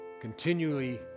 continually